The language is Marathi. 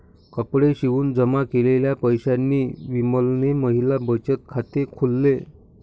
कपडे शिवून जमा केलेल्या पैशांनी विमलने महिला बचत खाते खोल्ल